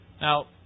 Now